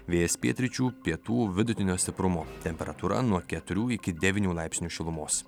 vėjas pietryčių pietų vidutinio stiprumo temperatūra nuo keturių iki devynių laipsnių šilumos